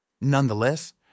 Nonetheless